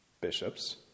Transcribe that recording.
bishops